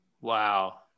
Wow